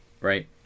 Right